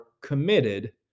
committed